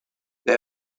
they